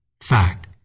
Fact